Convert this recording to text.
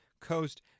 Coast